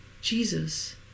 Jesus